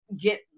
get